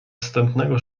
wstępnego